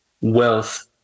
wealth